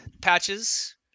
patches